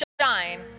shine